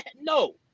no